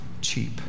cheap